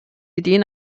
ideen